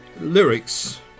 lyrics